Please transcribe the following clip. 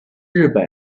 日本